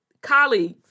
colleagues